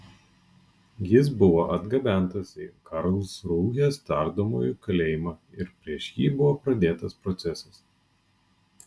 jis buvo atgabentas į karlsrūhės tardomųjų kalėjimą ir prieš jį buvo pradėtas procesas